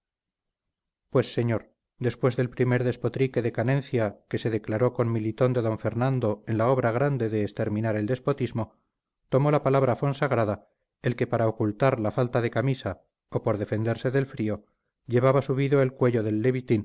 pues señor después del primer despotrique de canencia que se declaró comilitón de d fernando en la obra grande de exterminar el despotismo tomó la palabra fonsagrada el que para ocultar la falta de camisa o por defenderse del frío llevaba subido el cuello del